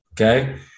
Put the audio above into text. Okay